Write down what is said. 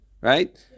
Right